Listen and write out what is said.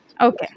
Okay